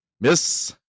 Miss